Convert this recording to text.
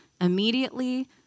Immediately